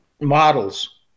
models